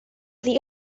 sie